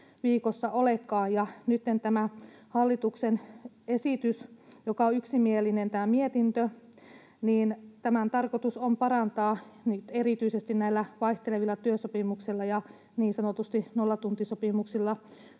viikossa olekaan. Nytten tämän hallituksen esityksen, josta on yksimielinen mietintö, tarkoitus on parantaa nyt erityisesti näillä vaihtelevilla työsopimuksilla ja niin sanotusti nollatuntisopimuksilla